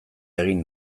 egin